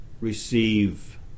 receive